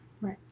right